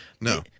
no